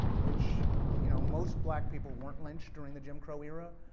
which you know most black people weren't lynched during the jim crow era,